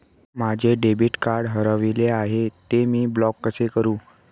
माझे debit card हरविले आहे, ते मी ब्लॉक कसे करु?